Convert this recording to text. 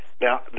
now